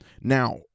Now